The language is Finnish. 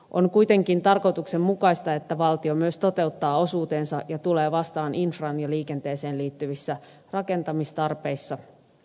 on kuitenkin tarkoituksenmukaista että valtio myös toteuttaa osuutensa ja tulee vastaan infraan ja liikenteeseen liittyvissä rakentamistarpeissa